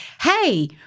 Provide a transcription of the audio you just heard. hey